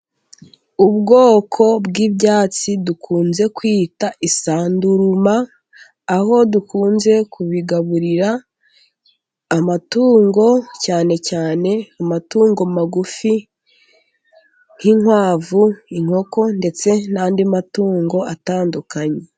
Ubwoko bw'ibyatsi dukunze kwita isanduruma, aho dukunze kubigaburira amatungo, cyane cyane amatungo magufi nk'inkwavu, inkoko ndetse n'andi matungo atandukanye.